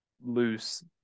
loose